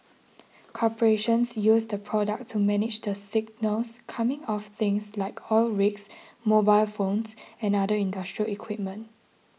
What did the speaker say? corporations use the product to manage the signals coming off things like oil rigs mobile phones and other industrial equipment